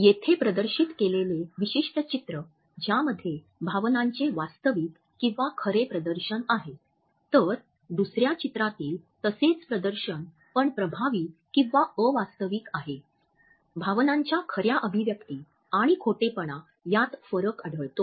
येथे प्रदर्शित केलेले विशिष्ट चित्र ज्यामध्ये भावनांचे वास्तविक किंवा खरे प्रदर्शन आहे तर दुसर्या चित्रातील तसेच प्रदर्शन पण प्रभावी किंवा अवास्तविक आहे भावनांच्या खर्या अभिव्यक्ती आणि खोटेपणा यात फरक आढळतो